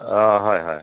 অঁ হয় হয়